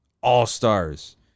All-stars